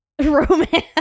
romance